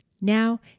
Now